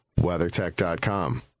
WeatherTech.com